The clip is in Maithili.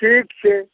ठीक छै